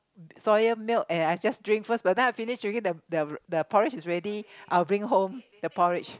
soya milk and I'll just drink first but then I finish drinking the the porridge already I'll bring home the porridge